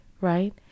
right